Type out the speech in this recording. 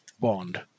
bond